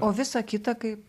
o visa kita kaip